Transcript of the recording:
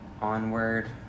Onward